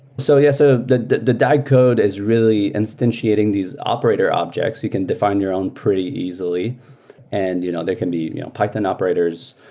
so yeah, so the the dag code is really instantiating these operator objects. you can define your own pretty easily and you know they can be python operators,